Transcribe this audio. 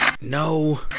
No